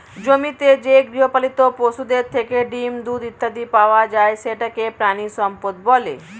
জমিতে যে গৃহপালিত পশুদের থেকে ডিম, দুধ ইত্যাদি পাওয়া যায় সেটাকে প্রাণিসম্পদ বলে